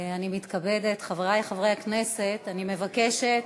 אני מתכבדת, חברי חברי הכנסת, אני מבקשת